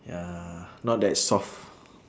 ya not that soft